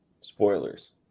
Spoilers